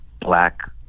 black